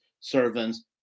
servants